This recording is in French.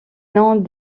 noms